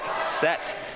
set